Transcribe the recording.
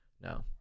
no